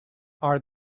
are